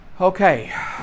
Okay